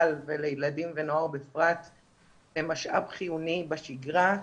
ולילדים ונוער בפרט הם משאב חיוני בשגרה,